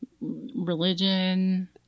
religion